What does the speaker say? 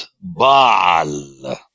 Baal